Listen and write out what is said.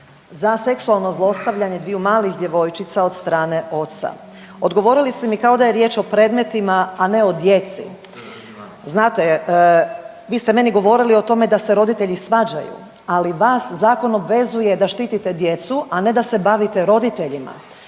za seksualno zlostavljanje dviju malih djevojčica od strane oca. Odgovorili ste mi kao da je riječ o predmetima, a ne o djeci. Znate, vi ste meni govorili da se roditelji svađaju, ali vas zakon obvezuje da štitite djecu, a ne da se bavite roditeljima.